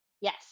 yes